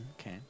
Okay